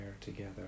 together